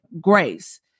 Grace